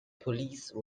police